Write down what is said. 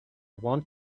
want